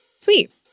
Sweet